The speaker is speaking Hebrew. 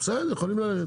יכולים ללכת.